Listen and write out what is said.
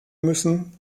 müssen